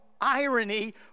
irony